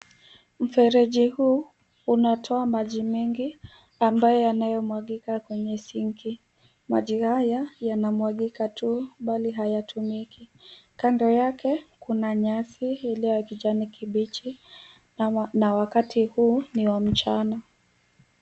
Mfereji huu unatoa maji mengi ambayo yanayomwagika kwenye sink .Maji haya, yanamwagika tu bali hayatumiki. Kando yake kuna nyasi ile ya kijani kibichi, na wakati huu ni wa mchana.